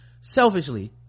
selfishly